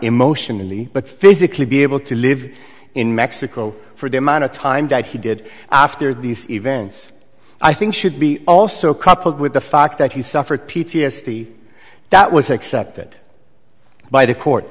emotionally but physically be able to live in mexico for the amount of time that he did after these events i think should be also coupled with the fact that he suffered p t s d that was accepted by the court